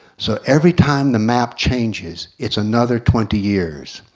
so every time the map changes, it's another twenty years.